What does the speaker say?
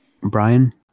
Brian